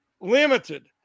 limited